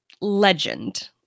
legend